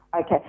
Okay